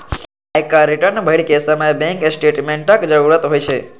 आयकर रिटर्न भरै के समय बैंक स्टेटमेंटक जरूरत होइ छै